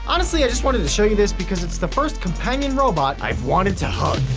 honestly, i just wanted to show you this because it's the first companion robot i've wanted to hug.